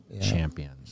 champions